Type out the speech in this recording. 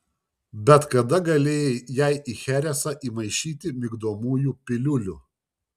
bet kada galėjai jai į cheresą įmaišyti migdomųjų piliulių